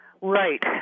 Right